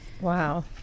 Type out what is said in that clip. Wow